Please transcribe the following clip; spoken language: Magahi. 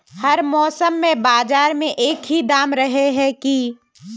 हर मौसम में बाजार में एक ही दाम रहे है की?